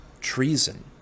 treason